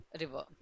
river